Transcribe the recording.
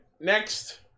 next